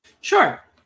Sure